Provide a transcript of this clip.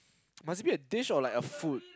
must be a dish or like a food